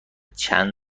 چند